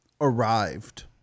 arrived